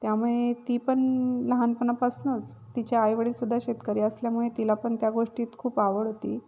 त्यामुळे ती पण लहानपणापासूनंच तिच्या आई वडील सुद्धा शेतकरी असल्यामुळे तिला पण त्या गोष्टीत खूप आवड होती